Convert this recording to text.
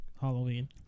Halloween